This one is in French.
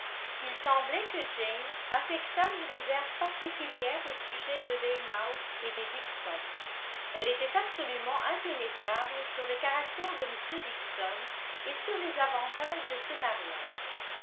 il semblait que jane affectât une réserve particulière au sujet de weymouth et des dixon elle était absolument impénétrable sur le caractère de m dixon et sur les avantages de ce mariage